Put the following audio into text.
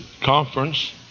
conference